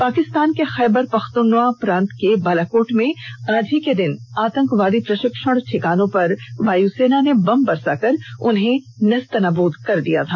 पाकिस्तान के खैबर पख्तूनख्वा प्रांत के बालाकोट में आज ही के दिन आतंकवादी प्रशिक्षण ठिकानों पर वायुसेना ने बम बरसाकर उन्हें नेस्तनाबूद कर दिया था